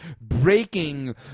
breaking